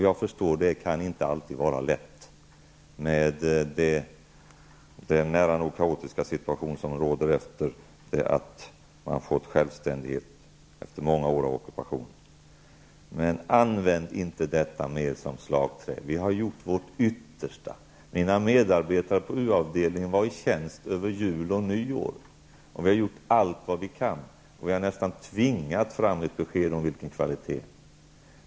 Jag förstår att det inte alltid kan vara lätt, i den nära nog kaotiska situation som råder efter det att man har fått självständighet efter många år av ockupation. Men använd inte mer detta som slagträ! Vi har gjort vårt yttersta. Mina medarbetare på U-avdelningen var i tjänst över jul och nyår. Vi har gjort allt vad vi kan. Vi har nästan tvingat fram ett besked om vilken kvalitet som önskades.